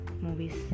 movies